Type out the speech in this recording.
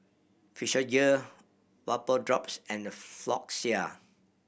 Physiogel Vapodrops and Floxia